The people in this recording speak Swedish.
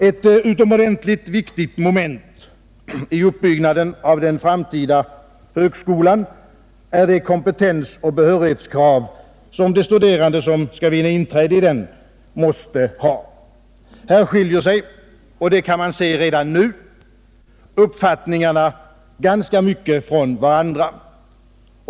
Ett utomordentligt viktigt moment i uppbyggnaden av den framtida högskolan är de kompetensoch behörighetskrav som de studerande, som skall vinna inträde i den, måste uppfylla. Här skiljer sig, det kan man se redan nu, uppfattningarna ganska mycket från varandra.